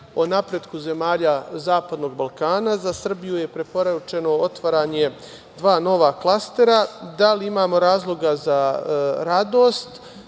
o napretku zemalja Zapadnog Balkana. Za Srbiju je preporučeno otvaranje dva nova klastera. Da li imamo razloga za radost?